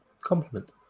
compliment